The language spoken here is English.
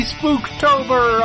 Spooktober